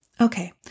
Okay